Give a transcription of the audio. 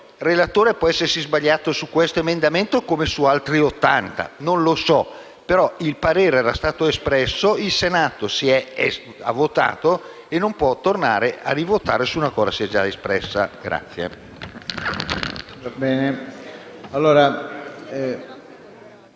il relatore può essersi sbagliato su questo emendamento come su altri 80. Non lo so, però il parere era stato espresso, il Senato ha votato e non può tornare a votare nuovamente una cosa su cui si è già espresso.